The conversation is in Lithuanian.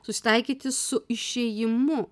susitaikyti su išėjimu